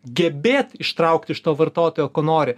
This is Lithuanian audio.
gebėt ištraukt iš to vartotojo ko nori